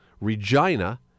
Regina